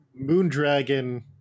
Moondragon